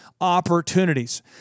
opportunities